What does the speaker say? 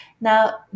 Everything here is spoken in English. Now